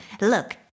Look